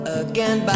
again